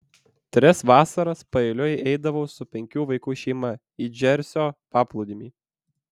tris vasaras paeiliui eidavau su penkių vaikų šeima į džersio paplūdimį